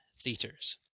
theaters